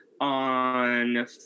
on